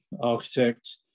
architect